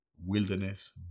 wilderness